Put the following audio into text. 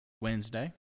Wednesday